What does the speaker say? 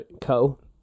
Co